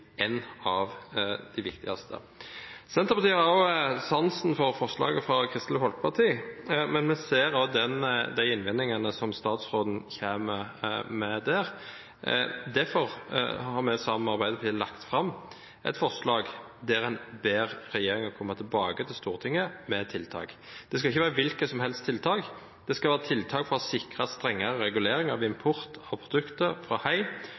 en av de viktigste. Senterpartiet har sans for forslagene fra Kristelig Folkeparti, men vi ser også de innvendingene som statsråden kommer med. Derfor har vi sammen med Arbeiderpartiet lagt fram et forslag der en ber regjeringen komme tilbake til Stortinget med tiltak. Det skal ikke være hvilke som helst tiltak. Det skal være tiltak for å sikre strengere regulering av import av produkter fra